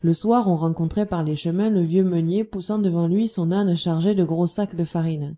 le soir on rencontrait par les chemins le vieux meunier poussant devant lui son âne chargé de gros sacs de farine